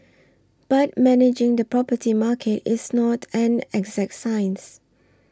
but managing the property market is not an exact science